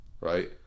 Right